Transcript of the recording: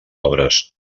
obres